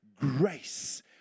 grace